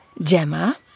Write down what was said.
Gemma